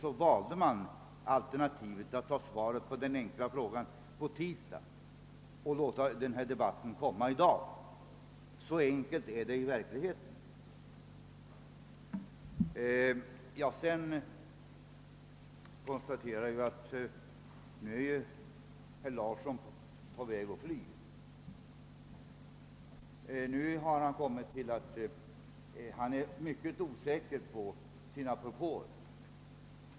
Man valde därför alter nativet att ha svaret på den enkla frågan på tisdagen och att låta debatten i anledning av förevarande utskottsutlåtande komma i dag — så enkelt är det i verkligheten. Vidare konstaterar jag att nu är ju herr Larsson i Umeå på väg att fly. Nu har han kommit till att han är mycket osäker i fråga om sina propåer.